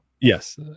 yes